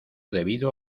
debido